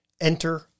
Enter